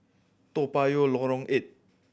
Toa Payoh Lorong Eight